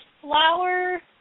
flower